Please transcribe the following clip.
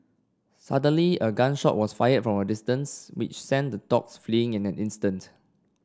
suddenly a gun shot was fired from a distance which sent the dogs fleeing in an instant